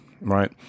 right